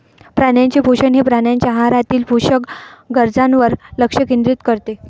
प्राण्यांचे पोषण हे प्राण्यांच्या आहारातील पोषक गरजांवर लक्ष केंद्रित करते